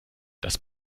das